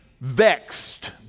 vexed